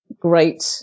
great